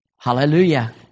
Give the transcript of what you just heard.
Hallelujah